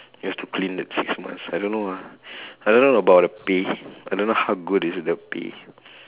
you have to clean that six months I don't know lah I don't know about the pay I don't know how good is it the pay